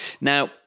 Now